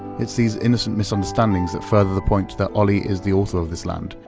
it's these innocent misunderstandings that further the point that oli is the author of this land,